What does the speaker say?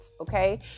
Okay